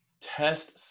test